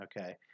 Okay